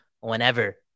whenever